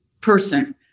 person